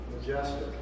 Majestic